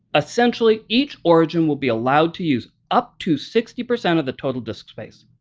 essentially, each origin will be allowed to use up to sixty percent of the total disk space.